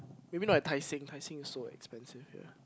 maybe not at Tai-Seng Tai-Seng is so expensive yeah